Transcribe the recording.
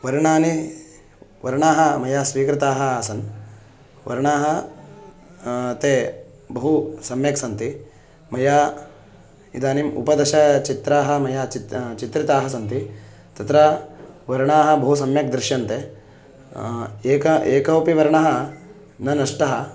वर्णानि वर्णाः मया स्वीकृताः आसन् वर्णाः ते बहु सम्यक् सन्ति मया इदानीम् उपदशचित्राः मया चित् चित्रिताः सन्ति तत्र वर्णाः बहु सम्यक् दृश्यन्ते एकः एकोपि वर्णः न नष्टः